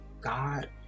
God